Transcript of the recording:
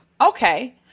okay